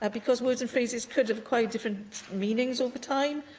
but because words and phrases could have acquired different meanings over time,